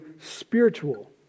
spiritual